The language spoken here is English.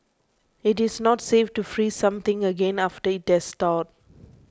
it is not safe to freeze something again after it has thawed